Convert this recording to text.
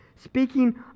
Speaking